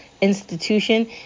institution